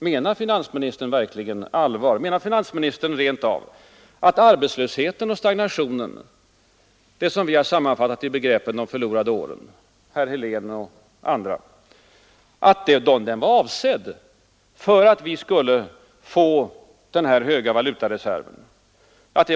Menar finansministern rent av att arbetslösheten och stagnationen, alltså det som herr Helén och vi andra har sammanfattat i begreppet de förlorade åren, var avsiktliga för att vi skulle få denna höga valutareserv?